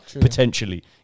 potentially